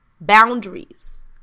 boundaries